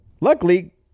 Luckily